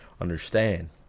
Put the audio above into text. Understand